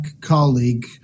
colleague